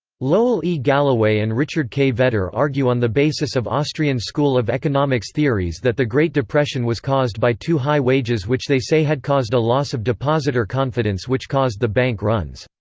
lowell e. gallaway and richard k. vedder argue on the basis of austrian school of economics theories that the great depression was caused by too high wages which they say had caused a loss of depositor confidence which caused the bank runs.